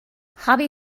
hobby